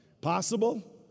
Possible